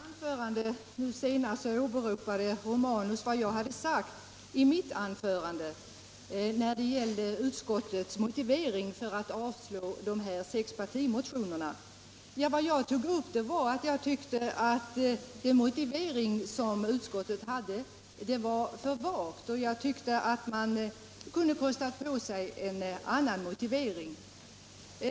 Herr talman! I sitt senaste anförande åberopade herr Romanus vad jag hade sagt i mitt anförande när det gällde utskottets motivering för att avstyrka de sex partimotionerna. Jag framhöll att den motivering som utskottet hade var för vag. Jag tyckte att utskottet kunde kosta på sig en annan motivering.